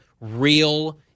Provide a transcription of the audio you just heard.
real